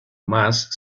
mas